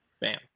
Bam